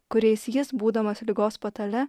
kuriais jis būdamas ligos patale